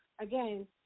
again